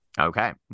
Okay